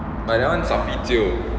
but that one safi jio